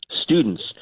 Students